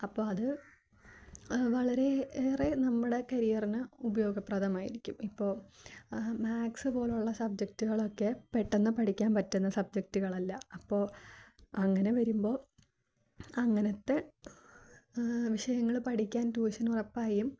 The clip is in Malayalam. അപ്പോൾ അതു വളരെ ഏറെ നമ്മുടെ കരിയറിന് ഉപയോഗപ്രദമായിരിക്കും ഇപ്പോൾ മാക്സ് പോലെയുള്ള സബ്ജക്ടുകളൊക്കെ പെട്ടെന്നു പഠിക്കാൻ പറ്റുന്ന സബ്ജക്ടുകളല്ല അപ്പോൾ അങ്ങനെ വരുമ്പോൾ അങ്ങനത്തെ വിഷയങ്ങൾ പഠിക്കാൻ ട്യൂഷൻ ഉറപ്പായും